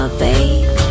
babe